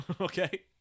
Okay